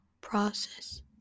process